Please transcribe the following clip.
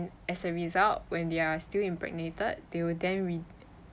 as a result when they are still impregnated they will then re~